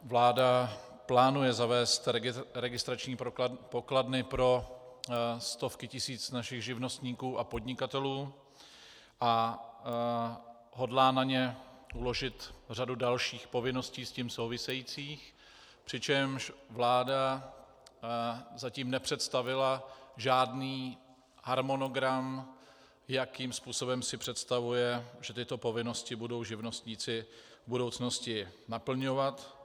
Vláda plánuje zavést registrační pokladny pro stovky tisíc našich živnostníků a podnikatelů a hodlá na ně vložit řadu dalších povinností s tím souvisejících, přičemž vláda zatím nepředstavila žádný harmonogram, jakým způsobem si představuje, že tyto povinnosti budou živnostníci v budoucnosti naplňovat.